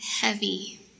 heavy